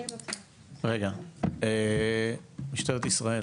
משטרת ישראל.